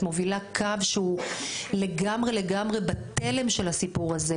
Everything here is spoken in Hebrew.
את מובילה קו שהוא לגמרי בתלם של הסיפור זה.